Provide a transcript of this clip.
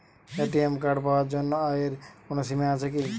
ATM card পাওয়ার জন্য আয়ের কোনো সীমা আছে কি?